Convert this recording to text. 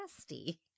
nasty